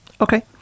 Okay